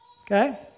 okay